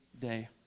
day